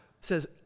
says